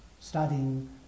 studying